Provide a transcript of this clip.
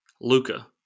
Luca